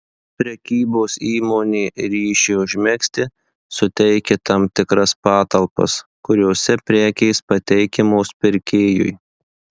prekybos įmonė ryšiui užmegzti suteikia tam tikras patalpas kuriose prekės pateikiamos pirkėjui